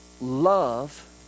love